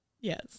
yes